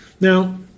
Now